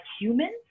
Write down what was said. humans